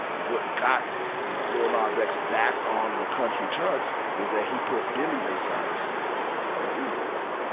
what got lil' nas x back on the country charts was that he put billy ray cyrus on the remix.